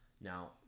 now